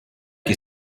che